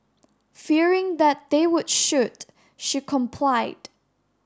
fearing that they would shoot she complied